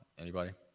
anybody?